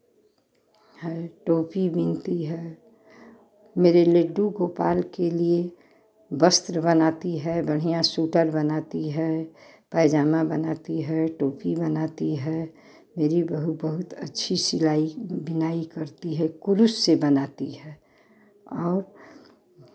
है टोपी बुनती है मेरे लड्डू गोपाल के लिये वस्त्र बनाती है बढ़ियाँ स्वेटर बनाती है पैजामा बनाती है टोपी बनाती है मेरी बहु बहुत अच्छी सिलाई बुनाई करती है कुरुश से बनाती है और